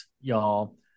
y'all